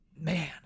man